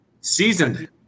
Seasoned